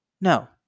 No